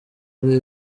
ari